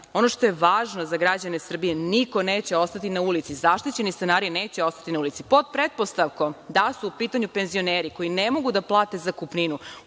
što je važno za građane Srbije, niko neće ostati na ulici. Zaštićeni stanari neće ostati na ulici, pod pretpostavkom da su u pitanju penzioneri koji ne mogu da plate zakupninu,